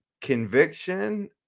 conviction